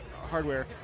Hardware